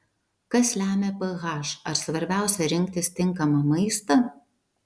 kas lemia ph ar svarbiausia rinktis tinkamą maistą